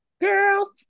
Girls